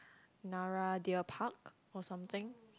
Nara Deer Park or something